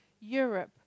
Europe